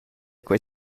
quei